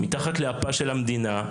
מתחת לאפה של המדינה,